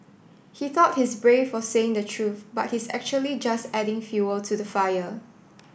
he thought he's brave for saying the truth but he's actually just adding fuel to the fire